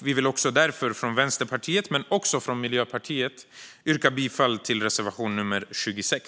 Vi vill därför från Vänsterpartiet och Miljöpartiet yrka bifall till reservation nummer 26.